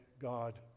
God